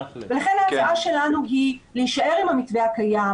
לכן ההצעה שלנו היא להישאר עם המתווה הקיים.